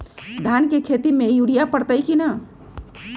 धान के खेती में यूरिया परतइ कि न?